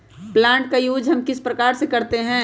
Plant का use हम किस प्रकार से करते हैं?